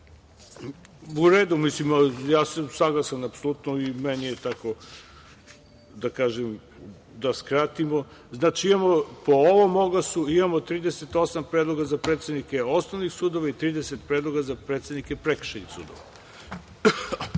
U redu, ja sam saglasan apsolutno i meni je tako, da kažem, da skratimo. Znači, po ovome imamo 38 predloga za predsednike osnovnih sudova i 30 predloga za predsednike prekršajnih sudova. Na